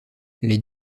les